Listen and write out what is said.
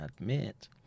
admit